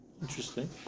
interesting